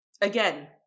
Again